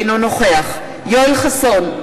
אינו נוכח יואל חסון,